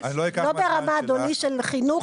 לא ברמה של חינוך,